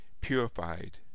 purified